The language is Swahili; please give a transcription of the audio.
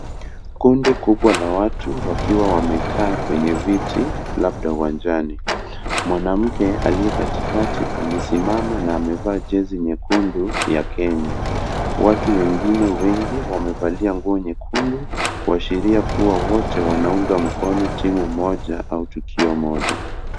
Kundi kubwa la watu wakiwa wamekaa kwenye viti, labda uwanjani. Wanamke aliye katikati amesimama na amevaa jezi nyekundu Kenya. Watu wengine wengi wamevalia nguo nyekundu kuashiria wote wanaunga mkono timu moja au tukio moja.